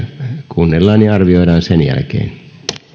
kuunnellaan ja arvioidaan sen jälkeen